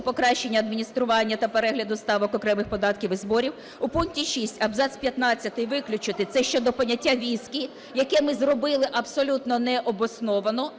покращення адміністрування та перегляду ставок окремих податків і зборів" у пункті 6 абзац 15 виключити. Це щодо поняття "віскі", яке ми зробили абсолютно необґрунтовано.